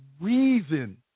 reason